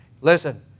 listen